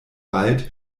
wald